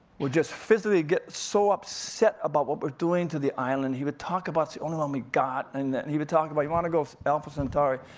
would just physically get so upset about what we're doing to the island. he would talk about it's the only one we got, and that and he would talk about, you wanna go alpha centauri,